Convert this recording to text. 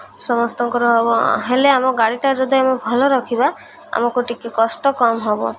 ସମସ୍ତଙ୍କର ହେବ ହେଲେ ଆମ ଗାଡ଼ିଟା ଯଦି ଆମେ ଭଲ ରଖିବା ଆମକୁ ଟିକିଏ କଷ୍ଟ କମ୍ ହେବ